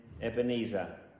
Ebenezer